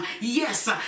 Yes